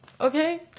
okay